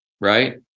right